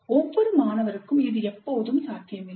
ஒவ்வொரு மாணவருக்கும் இது எப்போதும் சாத்தியமில்லை